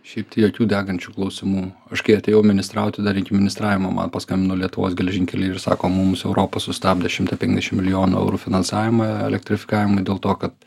šiaip tai jokių degančių klausimų aš kai atėjau ministrauti dar iki ministravimo man paskambino lietuvos geležinkeliai ir sako mums europa sustabdė šimtą penkiasdešim milijonų eurų finansavimą elektrifikavimui dėl to kad